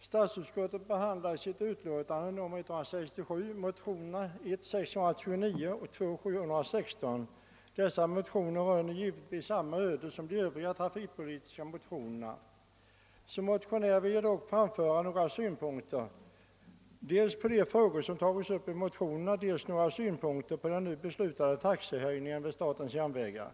Statsutskottet behandlar i sitt utlåtande nr 167 motionerna 1: 629 och II: 716. De röner givetvis samma öde som de övriga trafikpolitiska motionerna. Som motionär vill jag framföra några synpunkter dels på de frågor som tagits upp i motionerna, dels på de nu beslutade taxehöjningarna vid statens järnvägar.